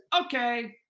okay